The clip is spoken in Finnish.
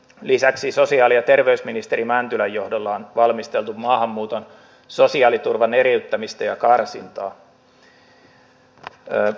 lisäksi sosiaali ja terveysministeri mäntylän johdolla on valmisteltu maahanmuuton sosiaaliturvan eriyttämistä ja karsintaa